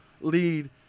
lead